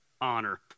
honor